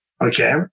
Okay